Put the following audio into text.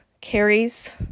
carries